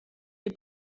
les